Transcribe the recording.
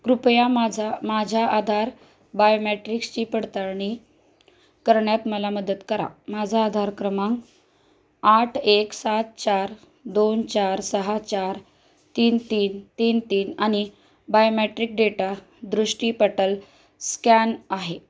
कृपया माझा माझ्या आधार बायोमॅट्रिकसची पडताळणी करण्यात मला मदत करा माझा आधार क्रमांक आठ एक सात चार दोन चार सहा चार तीन तीन तीन तीन आणि बायोमॅट्रिक डेटा दृष्टीपटल स्कॅन आहे